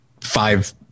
five